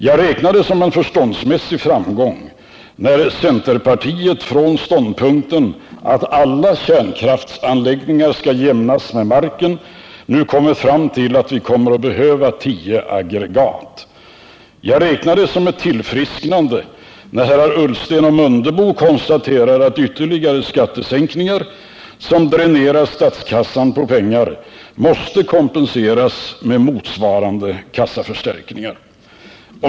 Jag räknar det såsom en förståndsmässig framgång, när centerpartiet från ståndpunkten att alla kärnkraftsanläggningar skall jämnas med marken nu har kommit fram till att vi behöver tio aggregat. Jag räknar det såsom ett tillfrisknande, när herrar Ullsten och Mundebo konstaterar att ytterligare skattesänkningar som dränerar statskassan på pengar måste kompenseras med motsvarande kassaförstärkningar.